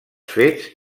fets